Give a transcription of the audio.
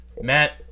Matt